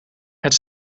het